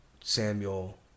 Samuel